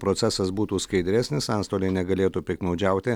procesas būtų skaidresnis antstoliai negalėtų piktnaudžiauti